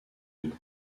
deux